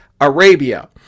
Arabia